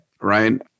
right